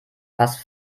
fast